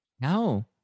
no